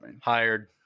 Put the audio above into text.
hired